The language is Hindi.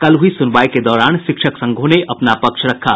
कल हुई सुनवाई के दौरान शिक्षक संघों ने अपना पक्ष रखा